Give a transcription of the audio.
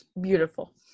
beautiful